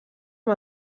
amb